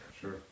Sure